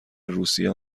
روسیه